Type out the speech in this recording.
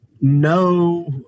no